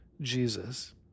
Jesus